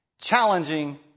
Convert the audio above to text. challenging